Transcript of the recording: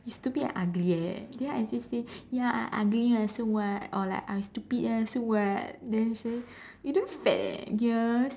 you stupid and ugly eh then I still say ya I ugly lah so what or like I stupid ah so what then say you damn fat eh ya